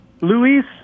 Luis